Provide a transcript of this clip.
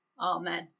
Amen